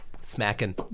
smacking